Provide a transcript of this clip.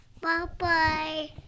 Bye-bye